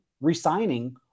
re-signing